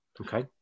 Okay